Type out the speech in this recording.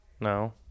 No